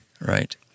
Right